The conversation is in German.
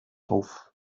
auf